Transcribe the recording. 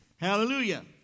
Hallelujah